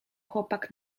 chłopak